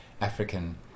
African